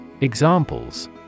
Examples